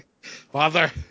Father